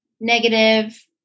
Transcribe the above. Negative